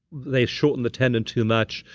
they shortened the tendon too much.